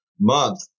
month